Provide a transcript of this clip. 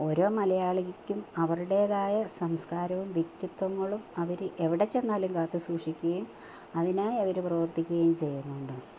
ഓരോ മലയാളിക്കും അവരുടേതായ സംസ്കാരവും വ്യക്തിത്വങ്ങളും അവർ എവിടെച്ചെന്നാലും കാത്തു സൂക്ഷിക്കുകയും അതിനായി അവർ പ്രവർത്തിക്കുകയും ചെയ്യുന്നുണ്ട്